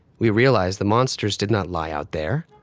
we realized the monsters did not lie out there,